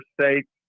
states